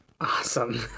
awesome